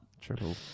Triple